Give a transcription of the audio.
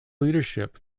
leadership